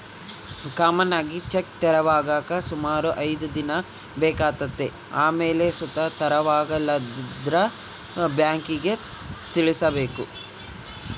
common ಆಗಿ cheque ತೆರವಾಗಾಕ ಸುಮಾರು ಐದ್ ದಿನ ಬೇಕಾತತೆ ಆಮೇಲ್ ಸುತ ತೆರವಾಗಿಲ್ಲಂದ್ರ ಬ್ಯಾಂಕಿಗ್ ತಿಳಿಸ್ಬಕು